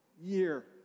Year